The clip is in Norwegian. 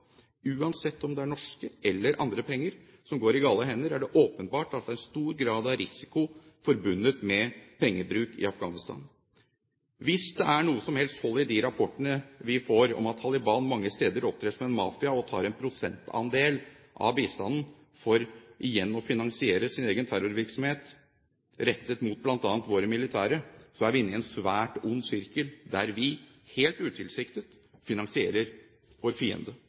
Uansett om det er norske eller andre penger som kommer i gale hender, er det åpenbart stor grad av risiko forbundet med pengebruk i Afghanistan. Hvis det er noe som helst hold i de rapportene vi får om at Taliban mange steder opptrer som en mafia og tar en prosentandel av bistanden for igjen å finansiere sin egen terrorvirksomhet rettet mot bl.a. våre militære, er vi inne i en svært ond sirkel, der vi, helt utilsiktet, finansierer vår fiende.